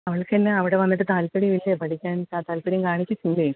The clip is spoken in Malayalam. അവൾക്ക് എന്നാ അവിടെ വന്നിട്ട് താൽപര്യമില്ലെ പഠിക്കാൻ താല്പര്യം കാണിക്കുന്നില്ലേ